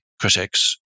critics